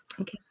Okay